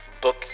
Book